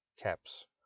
caps